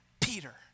Peter